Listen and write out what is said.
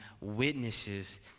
witnesses